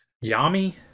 Yummy